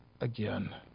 again